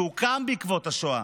שהוקם בעקבות השואה,